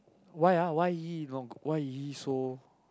why ah why he not he so